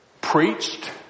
preached